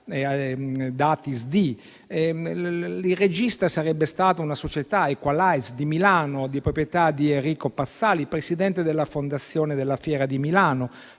dati SDI e il regista sarebbe stata la società Equalize di Milano, di proprietà di Enrico Pazzali, Presidente della Fondazione della Fiera di Milano.